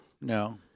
No